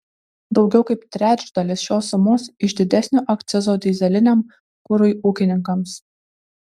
daugiau kaip trečdalis šios sumos iš didesnio akcizo dyzeliniam kurui ūkininkams